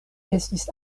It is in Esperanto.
estis